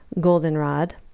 goldenrod